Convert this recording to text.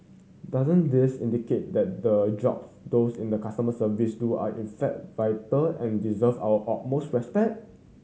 doesn't this indicate that the jobs those in the customer service do are in fact vital and deserve our utmost respect